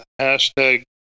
hashtag